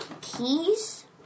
keys